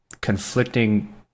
conflicting